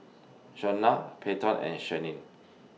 Shawnna Payton and Shianne